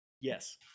Yes